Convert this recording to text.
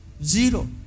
Zero